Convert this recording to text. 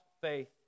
faith